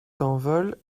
tanvol